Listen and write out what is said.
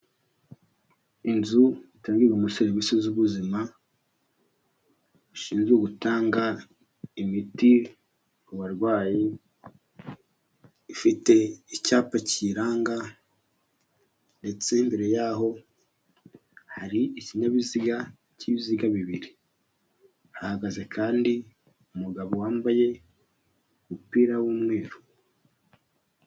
Inzu itangirwamo serivisi z'ubuzima ishinzwe gutanga imiti ku barwayi. Ifite icyapa kiyiranga ndetse imbere yayo hari ikinyabiziga cy'ibiziga bibiri. Hahagaze kandi umugabo wambaye umupira w'umweru.